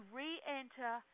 re-enter